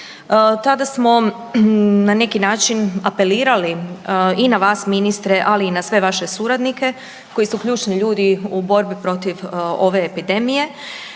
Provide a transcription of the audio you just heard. tada smo na neki način apelirali i na vas ministre, ali i na sve vaše suradnike koji su ključni ljudi u borbi protiv ove epidemije